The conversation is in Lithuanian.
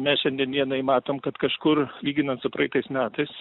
mes šiandien dienai matom kad kažkur lyginant su praeitais metais